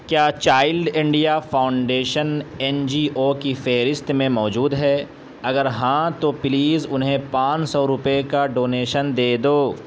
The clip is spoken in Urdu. کیا Child India Foundation N G O کی فہرست میں موجود ہے اگر ہاں تو پلیز انہیں پانچ سو روپئے کا ڈونیشن دے دو